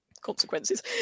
consequences